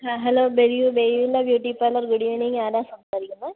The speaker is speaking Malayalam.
ആ ഹലോ ബെയൂ ബെയൂല ബ്യൂട്ടി പാർലർ ഗുഡ് ഈവനിംഗ് ആരാണ് സംസാരിക്കുന്നത്